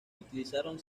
utilizaron